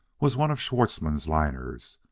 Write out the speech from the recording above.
was one of schwartzmann's liners.